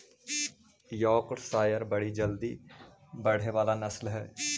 Yorkshire बड़ी जल्दी बढ़े वाला नस्ल हई